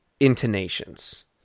intonations